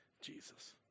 Jesus